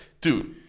dude